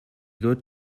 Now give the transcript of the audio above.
good